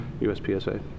USPSA